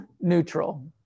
Neutral